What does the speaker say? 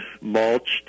mulched